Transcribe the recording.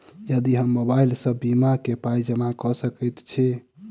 की हम मोबाइल सअ बीमा केँ पाई जमा कऽ सकैत छी?